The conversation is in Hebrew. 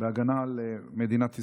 בהגנה על מדינת ישראל.